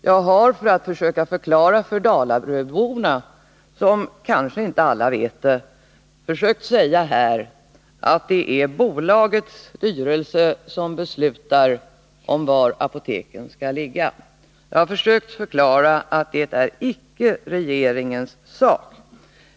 Jag har försökt förklara för dalaröborna, som kanske inte alla vet det, att det är bolagets styrelse som beslutar om var apoteken skall ligga — det är icke regeringens sak.